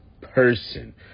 person